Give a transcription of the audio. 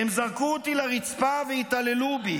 "הם זרקו אותי לרצפה והתעללו בי,